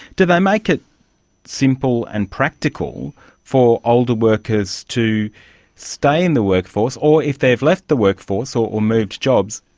do they make it simple and practical for older workers to stay in the workforce or, if they have left the workforce or or moved jobs,